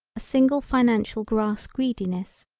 a single financial grass greediness.